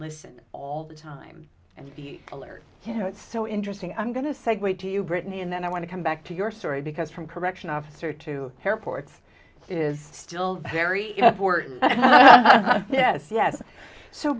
listen all the time and be alert you know it's so interesting i'm going to segue to you brittany and then i want to come back to your story because from correction officer to airports is still very yes yes so